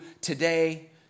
today